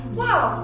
wow